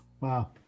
wow